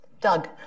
Doug